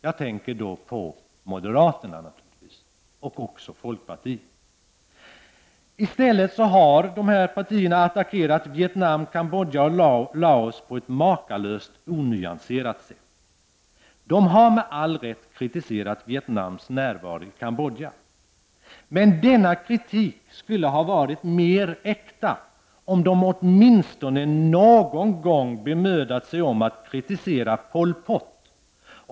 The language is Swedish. Jag tänker då på moderaterna och folkpartiet. I stället har dessa partier attackerat Vietnam, Kambodja och Laos på ett makalöst onyanserat sätt. De har, med all rätt, kritiserat Vietnams närvaro i Kambodja. Men denna kritik skulle ha varit mera äkta om de åtminstone någon enda gång hade kunnat bemöda sig om att kritisera Pol Pot.